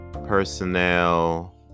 personnel